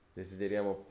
desideriamo